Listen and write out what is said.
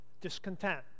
Discontent